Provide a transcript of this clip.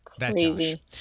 crazy